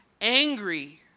angry